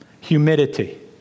humidity